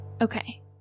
Okay